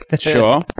Sure